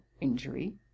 injury